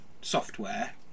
Software